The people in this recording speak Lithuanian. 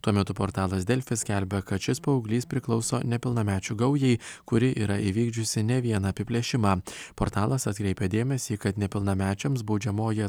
tuo metu portalas delfi skelbia kad šis paauglys priklauso nepilnamečių gaujai kuri yra įvykdžiusi ne vieną apiplėšimą portalas atkreipia dėmesį kad nepilnamečiams baudžiamoji